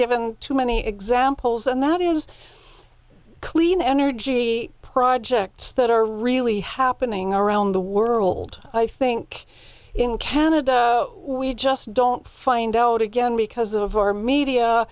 given too many examples and that is clean energy projects that are really happening around the world i think in canada we just don't find out again because of our media